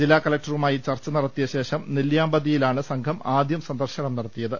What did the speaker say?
ജില്ലാ കലക്ടറുമായി ചർച്ച നടത്തിയ ശേഷം നെല്ലിയാമ്പതിയിലാണ് സംഘം ആദ്യം സന്ദർശനം നടത്തിയത്